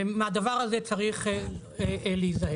ומהדבר הזה צריך להיזהר.